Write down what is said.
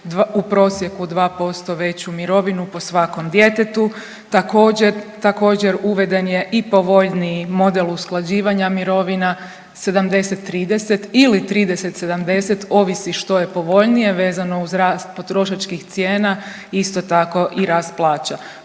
u prosjeku 2% veću mirovinu po svakom djetetu. Također uveden je i povoljniji model usklađivanja mirovina 70:30 ili 30:70 ovisi što je povoljnije vezano uz rast potrošačkih cijena isto tako i rast plaća.